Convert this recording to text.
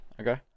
Okay